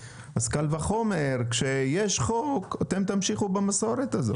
אז קל וחומר כשיש חוק אתם תמשיכו במסורת הזאת.